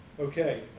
Okay